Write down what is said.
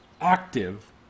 active